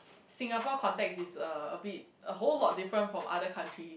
Singapore context is uh a bit a whole lot different from other country